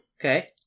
Okay